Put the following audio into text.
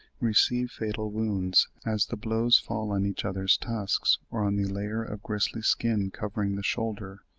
receive fatal wounds, as the blows fall on each other's tusks, or on the layer of gristly skin covering the shoulder,